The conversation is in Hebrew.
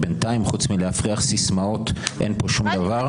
בינתיים, חוץ מלהפריח סיסמאות, אין כאן שום דבר.